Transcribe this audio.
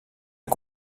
est